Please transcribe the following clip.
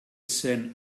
zen